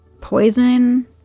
poison